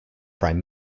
prime